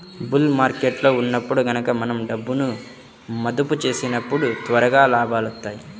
bull మార్కెట్టులో ఉన్నప్పుడు గనక మనం డబ్బును మదుపు చేసినప్పుడు త్వరగా లాభాలొత్తాయి